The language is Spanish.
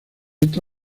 esta